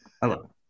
hello